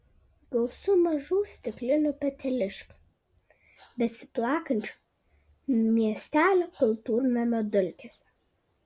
gausu mažų stiklinių peteliškių besiplakančių miestelio kultūrnamio dulkėse